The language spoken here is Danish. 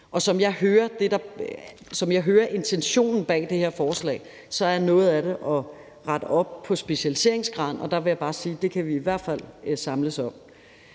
som jeg hører intentionen bag det her forslag, handler noget af det om at rette op på specialiseringsgraden. Der vil jeg bare sige, at det kan vi i hvert fald samles om.